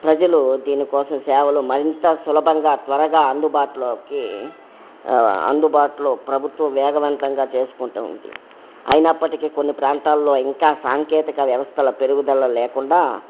ప్రజలు దీనికోసం సేవలు మరింత సులభంగా త్వరగా అందుబాటులోకి అందుబాటులో ప్రభుత్వ వేగవంతంగా చేసుకుంటు ఉంది అయినప్పటికి కొన్ని ప్రాంతాలలో ఇంకా సాంకేతికత వ్యవస్థల పెరుగుదల లేకుండా